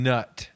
Nut